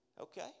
Okay